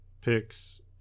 picks